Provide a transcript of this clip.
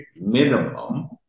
minimum